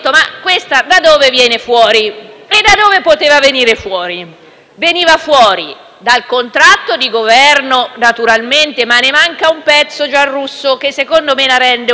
E da dove poteva venire fuori? Veniva fuori dal contratto di Governo, naturalmente - ma ne manca un pezzo, collega Giarrusso, che secondo me lo rende un po' monco; ne parleremo